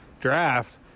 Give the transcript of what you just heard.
draft